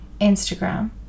instagram